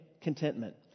contentment